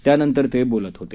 त्यानंतर ते बोलत होते